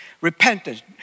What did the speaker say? Repentance